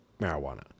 marijuana